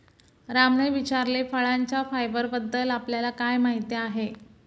रामने विचारले, फळांच्या फायबरबद्दल आपल्याला काय माहिती आहे?